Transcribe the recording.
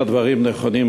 אם הדברים נכונים,